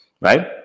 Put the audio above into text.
Right